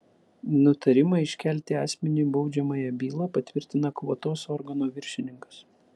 nutarimą iškelti asmeniui baudžiamąją bylą patvirtina kvotos organo viršininkas